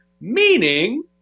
meaning